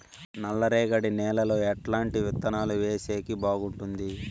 నల్లరేగడి నేలలో ఎట్లాంటి విత్తనాలు వేసేకి బాగుంటుంది?